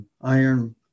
iron